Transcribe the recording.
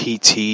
PT